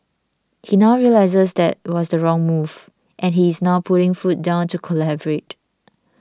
he now realises that was the wrong move and he is now putting foot down to collaborate